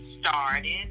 started